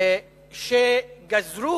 שפסקו